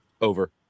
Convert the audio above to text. Over